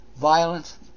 Violence